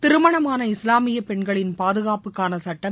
திருமணமான இஸ்லாமிய பெண்களின் பாதுகாப்புக்கான சட்டம்